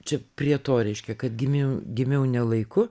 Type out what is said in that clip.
čia prie to reiškia kad gimiau gimiau ne laiku